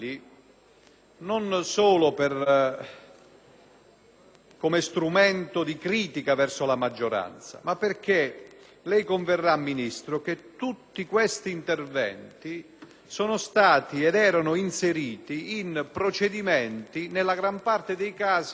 come strumento di critica verso la maggioranza, ma perché - ne converrà, signor Ministro - che tutti questi interventi sono stati inseriti in procedimenti nella gran parte dei casi di natura diversa e su materie diverse.